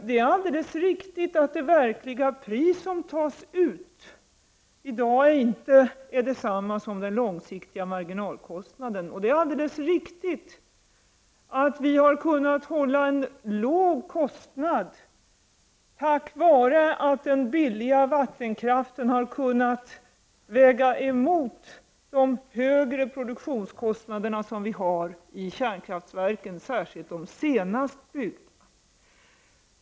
Det är alldeles riktigt att det pris som i dag tas ut inte motsvaras av den långsiktiga marginalkostnaden. Det är riktigt att vi har kunnat hålla en låg kostnad tack vare att den billiga vattenkraften har kunnat väga emot de högre produktionskostnader som vi har i kärnkraftverken. Detta gäller särskilt för de senast byggda kärnkraftverken.